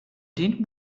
den